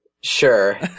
Sure